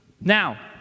Now